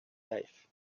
vijf